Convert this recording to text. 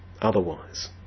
otherwise